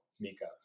mika